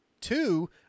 two